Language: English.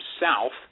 south